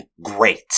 great